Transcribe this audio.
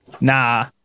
Nah